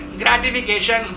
gratification